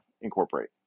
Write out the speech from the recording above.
incorporate